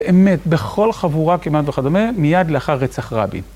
באמת, בכל חבורה כמעט וכדומה, מיד לאחר רצח רבי.